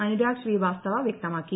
അനുരാഗ് ശ്രീവാസ്തവ വ്യക്തമാക്കി